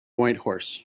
whitehorse